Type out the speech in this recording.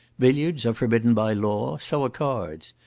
billiards are forbidden by law, so are cards.